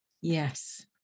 Yes